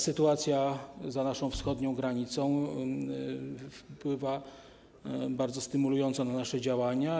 Sytuacja za naszą wschodnią granicą wpływa bardzo stymulująco na nasze działania.